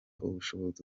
ubushobozi